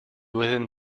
within